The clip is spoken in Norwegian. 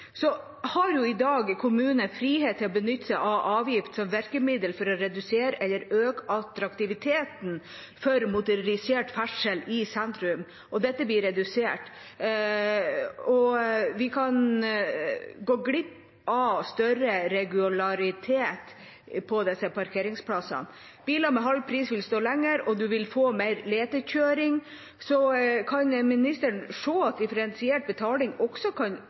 så har jo kommunene i dag frihet til å benytte seg av avgift som virkemiddel for å redusere eller øke attraktiviteten for motorisert ferdsel i sentrum, og dette blir redusert. Vi kan gå glipp av større regularitet på disse parkeringsplassene. Biler med halv pris vil stå lenger, og man vil få mer letekjøring. Kan ministeren se at differensiert betaling også kan